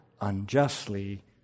unjustly